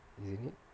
isn't it